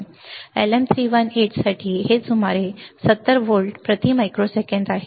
आणि LM318 साठी हे सुमारे 70 व्होल्ट प्रति मायक्रोसेकंद आहे